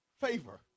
favor